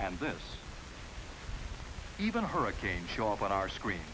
and this even a hurricane show up on our screen